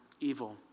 evil